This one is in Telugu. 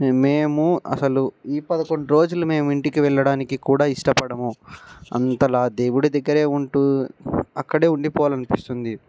మేము అసలు ఈ పదకొండు రోజులు మేము ఇంటికి వెళ్లడానికి కూడా ఇష్టపడము అంతలా దేవుడి దగ్గరే ఉంటూ అక్కడే ఉండిపోవాలి అనిపిస్తుంది